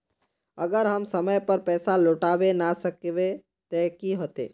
अगर हम समय पर पैसा लौटावे ना सकबे ते की होते?